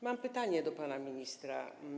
Mam pytanie do pana ministra.